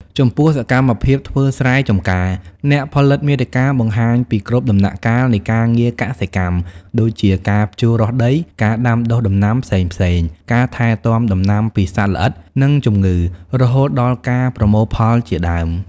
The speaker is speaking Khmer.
ចំពោះ សកម្មភាពធ្វើស្រែចំការ អ្នកផលិតមាតិកាបង្ហាញពីគ្រប់ដំណាក់កាលនៃការងារកសិកម្ម ដូចជា ការភ្ជួររាស់ដី ការដាំដុះដំណាំផ្សេងៗ ការថែទាំដំណាំពីសត្វល្អិត និងជំងឺ រហូតដល់ការប្រមូលផលជាដើម។